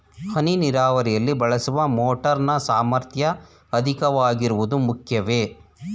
ಹನಿ ನೀರಾವರಿಯಲ್ಲಿ ಬಳಸುವ ಮೋಟಾರ್ ನ ಸಾಮರ್ಥ್ಯ ಅಧಿಕವಾಗಿರುವುದು ಮುಖ್ಯವೇ?